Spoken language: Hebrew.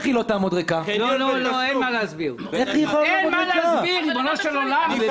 אין מה להסביר, ריבונו של עולם.